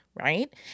Right